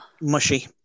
mushy